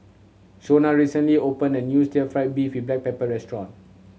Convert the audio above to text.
Shonna recently opened a new still fried beef with black pepper restaurant